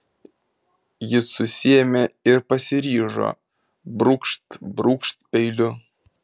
ji susiėmė ir pasiryžo brūkšt brūkšt peiliu